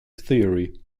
theory